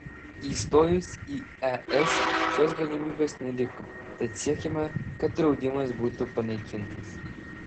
įstojus į es šios galimybės neliko tad siekiame kad draudimas būtų panaikintas